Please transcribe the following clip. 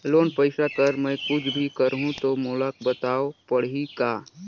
Loan पइसा कर मै कुछ भी करहु तो मोला बताव पड़ही का?